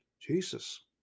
Jesus